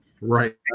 Right